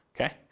okay